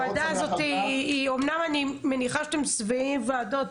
אמנם אני מניחה שאתם שבעי ועדות,